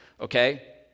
Okay